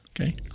Okay